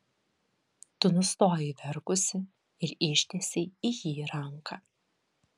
tu nustojai verkusi ir ištiesei į jį ranką